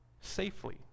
safely